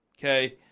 Okay